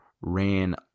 ran